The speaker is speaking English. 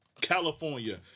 California